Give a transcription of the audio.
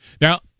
now